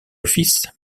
office